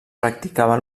practicava